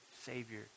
savior